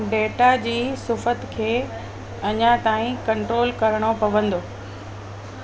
data जी सुफ़ति खे अञा ताईं कंट्रोल करिणो पवंदो